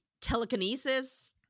telekinesis